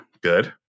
Good